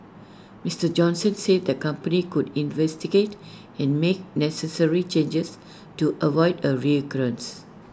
Mister Johnson said the company could investigate and make necessary changes to avoid A recurrence